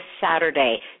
Saturday